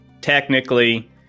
technically